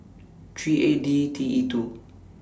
three eight D T E two